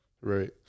Right